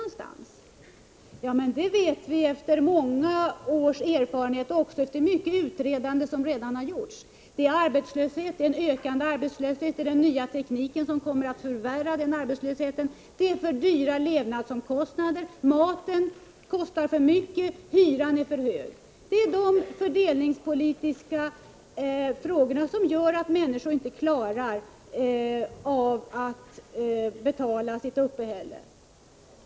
Ja, men det vet vi efter många års erfarenhet och efter det myckna utredande som redan gjorts: det är en ökad arbetslöshet, som den nya tekniken kommer att ytterligare förvärra, det är för höga levnadsomkost nader — maten kostar för mycket och hyrorna är för höga. Det är dessa omständigheter som gör att människor inte klarar av att betala för sitt uppehälle.